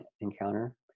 encounter